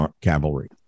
cavalry